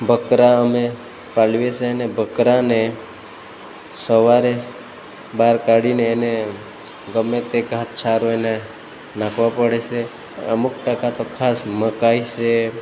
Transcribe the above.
બકરા અમે પાલવીએ છીએ અને બકરાને સવારે બહાર કાઢીને એને ગમે તે ઘાસ ચારો એને નાખવા પડે છે અમુક ટકા તો ખાસ મકાઇ છે